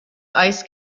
ice